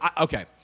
okay